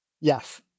Yes